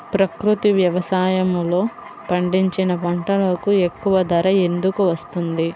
ప్రకృతి వ్యవసాయములో పండించిన పంటలకు ఎక్కువ ధర ఎందుకు వస్తుంది?